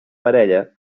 parella